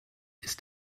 ist